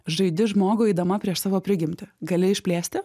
žaidi žmogų eidama prieš savo prigimtį gali išplėsti